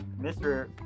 Mr